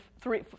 three